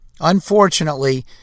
Unfortunately